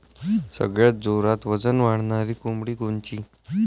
सगळ्यात जोरात वजन वाढणारी कोंबडी कोनची?